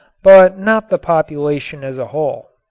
but not the population as a whole.